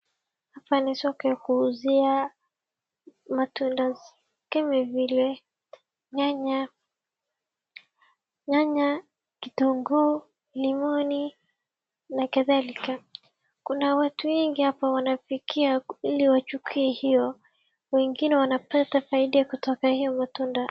Hap ni soko ya kuuzia matunda kama vile nyanya, kitunguu, limoni na kadhalika. Kuna watu wengi hapa wanafikia ili wachukue hiyo. Wengine wanapata faida kutoka hiyo matunda.